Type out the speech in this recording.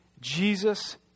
Jesus